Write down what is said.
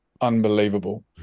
unbelievable